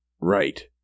Right